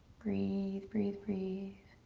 breathe, breathe, breathe,